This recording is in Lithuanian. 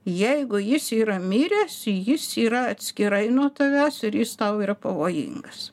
jeigu jis yra miręs jis yra atskirai nuo tavęs ir jis tau yra pavojingas